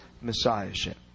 Messiahship